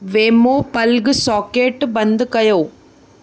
वेमो plug socket बंदि कयो